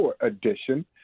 edition